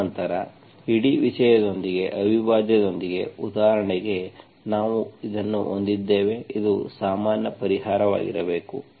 ತದನಂತರ ಇಡೀ ವಿಷಯದೊಂದಿಗೆ ಅವಿಭಾಜ್ಯದೊಂದಿಗೆ ಉದಾಹರಣೆಗೆ ನಾವು ಇದನ್ನು ಹೊಂದಿದ್ದೇವೆ ಇದು ಸಾಮಾನ್ಯ ಪರಿಹಾರವಾಗಿರಬೇಕು